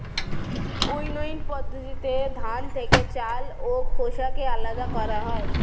winnowing পদ্ধতিতে ধান থেকে চাল ও খোসাকে আলাদা করা হয়